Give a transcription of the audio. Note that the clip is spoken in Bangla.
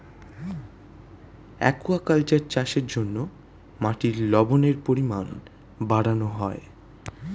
অ্যাকুয়াকালচার চাষের জন্য মাটির লবণের পরিমাণ বাড়ানো হয়